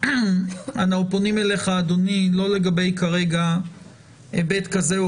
אנחנו פונים אליך אדוני וכרגע לא לגבי היבט כזה או